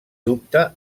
dubte